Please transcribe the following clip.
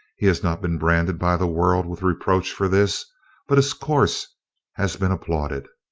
he has not been branded by the world with reproach for this but his course has been applauded.